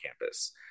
campus